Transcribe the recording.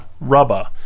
Rubber